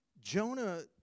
Jonah